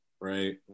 Right